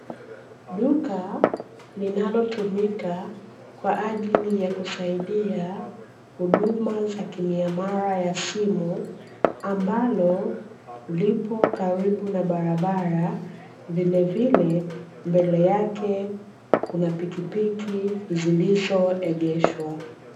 Duka linalotumika kwa ajili ya kusaidia huduma za kimiamala ya simu, ambalo lipo karibu na barabara, vilevile mbele yake kuna pikipiki zilizoegeshwa.